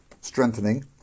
strengthening